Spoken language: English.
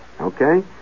Okay